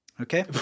Okay